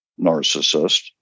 narcissist